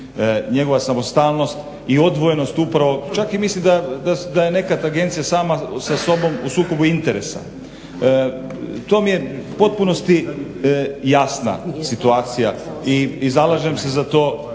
njegova samostalnost i odvojenost upravo čak i mislim da je nekad agencija sama sa sobom u sukobu interesa, to mi je u potpunosti jasna situacija i zalažem se za to